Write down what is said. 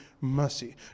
mercy